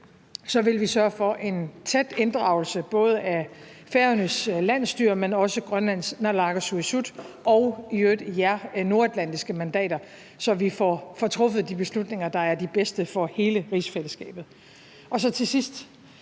vil vi sørge for en tæt inddragelse både af Færøernes landsstyre, men også Grønlands naalakkersuisut og i øvrigt jer nordatlantiske mandater, så vi får truffet de beslutninger, der er de bedste for hele rigsfællesskabet. Til sidst